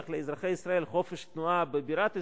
לאזרחי ישראל חופש תנועה בבירת ישראל,